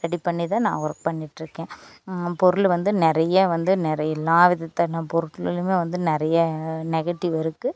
ready பண்ணி தான் நான் ஒர்க் பண்ணிட்டுருக்கேன் பொருள் வந்து நிறைய வந்து நிறைய எல்லா விதத்தான பொருட்களுமே வந்து நிறைய நெகட்டிவ் இருக்குது